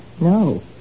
No